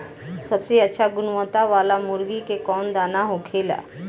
सबसे अच्छा गुणवत्ता वाला मुर्गी के कौन दाना होखेला?